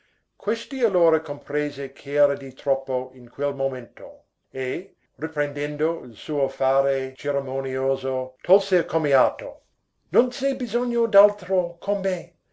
questi allora comprese ch'era di troppo in quel momento e riprendendo il suo fare cerimonioso tolse commiato non z'è bisogno d'altro con me